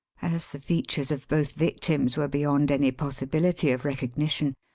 as the features of both victims were beyond any possibility of recognition,